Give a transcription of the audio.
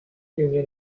union